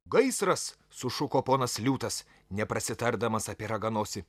gaisras sušuko ponas liūtas neprasitardamas apie raganosį